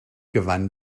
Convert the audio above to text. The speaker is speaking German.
gewann